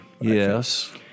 Yes